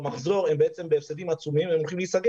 במחזור הם בעצם בהפסדים עצומים והם הולכים להיסגר.